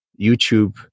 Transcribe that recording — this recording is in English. YouTube